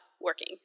working